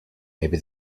maybe